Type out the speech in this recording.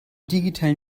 digital